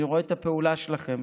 אני רואה את הפעולה שלכם.